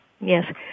Yes